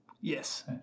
Yes